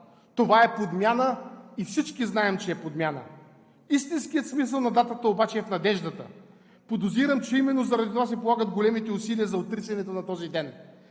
Това е подмяна и всички знаем, че е подмяна. Истинският смисъл на датата обаче е в надеждата. Подозирам, че именно заради това се полагат и големите усилия за отричането на този ден,